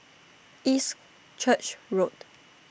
East Church Road